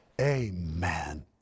Amen